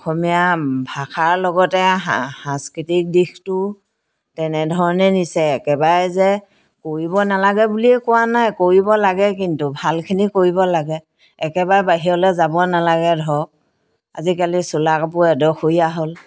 অসমীয়া ভাষাৰ লগতে সা সাংস্কৃতিক দিশটো তেনেধৰণে নিছে একেবাৰে যে কৰিব নালাগে বুলিয়ে কোৱা নাই কৰিব লাগে কিন্তু ভালখিনি কৰিব লাগে একেবাৰে বাহিৰলৈ যাব নালাগে ধৰক আজিকালি চোলা কাপোৰ এডোখৰীয়া হ'ল